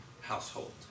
household